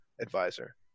advisor